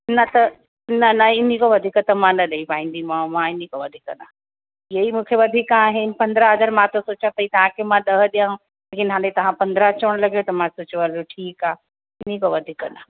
न त न न इनखां वधीक त मां न ॾई पाईंदीमाव मां इनखां वधीक न हीअ ई मूंखे वधीक आहिनि पंद्रहं हज़ार मां त सोचां पई की तव्हांखे मां ॾह ॾियां लेकिन हाणे तव्हां पंद्रहं चवण लॻयव त मां सोचियो हलो ठीकु आहे इनखां वधीक न